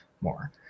more